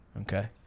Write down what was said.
Okay